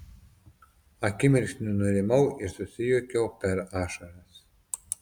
akimirksniu nurimau ir susijuokiau per ašaras